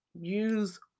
use